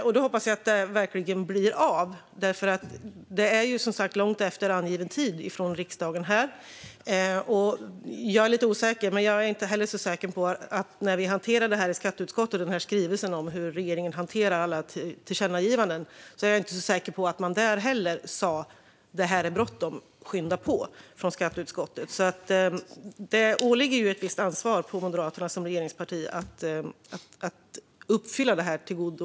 Jag hoppas att det verkligen blir av, för det är som sagt långt efter angiven tid från riksdagen. Jag är dock lite osäker. När vi i skatteutskottet hanterade skrivelsen om hur regeringen hanterar alla tillkännagivanden är jag inte helt säker på att skatteutskottet sa: Det är bråttom - skynda på! Det åligger ju Moderaterna som regeringsparti ett visst ansvar att uppfylla tillkännagivandet.